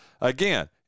again